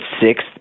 sixth